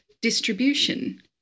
distribution